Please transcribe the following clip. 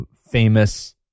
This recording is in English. famous